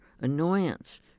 annoyance